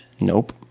Nope